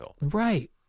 Right